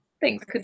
thanks